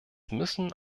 müssen